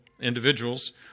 individuals